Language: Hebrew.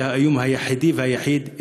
זה האיום היחידי והיחיד.